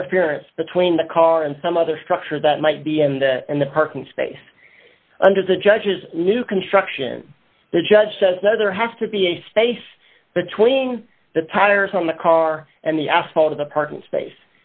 interference between the car and some other structure that might be in the in the parking space under the judge's new construction the judge says no there has to be a space between the tires on the car and the asphalt of the parking space